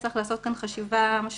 צריך לעשות כאן חשיבה משמעותית.